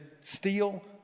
steal